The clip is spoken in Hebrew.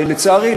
ולצערי,